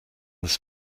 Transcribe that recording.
this